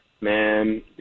Man